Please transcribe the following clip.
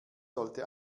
sollte